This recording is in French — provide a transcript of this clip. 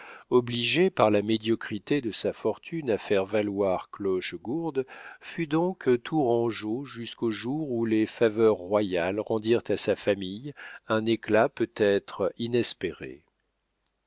obligé par la médiocrité de sa fortune à faire valoir clochegourde fut donc tourangeau jusqu'au jour où les faveurs royales rendirent à sa famille un éclat peut-être inespéré